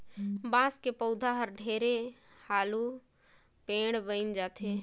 बांस के पउधा हर ढेरे हालू पेड़ बइन जाथे